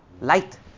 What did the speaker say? light